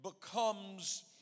becomes